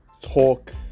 talk